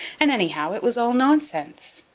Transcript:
and, anyhow, it was all nonsense!